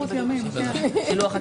תהיה כמעט